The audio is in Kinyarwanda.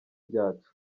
ryacu